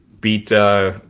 beat